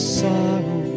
sorrow